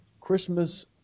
Christmas